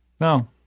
no